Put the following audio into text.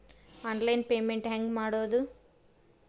Online payment ಹೆಂಗ್ ಮಾಡೋದು?